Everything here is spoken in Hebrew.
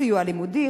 סיוע לימודי,